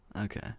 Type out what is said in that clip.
Okay